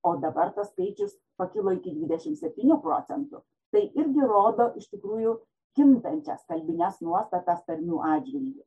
o dabar tas skaičius pakilo iki didešimt septynių procentų tai irgi rodo iš tikrųjų kintančias kalbines nuostatas tarmių atžvilgiu